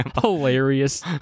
Hilarious